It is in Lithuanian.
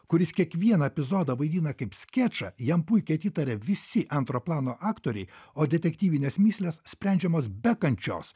kuris kiekvieną epizodą vaidina kaip skečą jam puikiai atitaria visi antro plano aktoriai o detektyvinės mįslės sprendžiamos be kančios